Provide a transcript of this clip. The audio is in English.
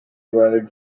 road